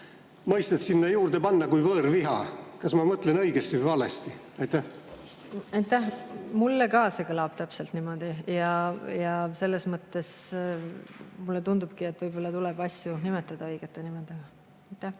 mõistet sinna juurde panna kui võõraviha. Kas ma mõtlen õigesti või valesti? Aitäh! Mulle ka see kõlab täpselt niimoodi ja selles mõttes mulle tundubki, et võib-olla tuleb asju nimetada õigete nimedega. Aitäh!